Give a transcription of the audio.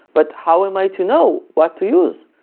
but how am i to know what to use?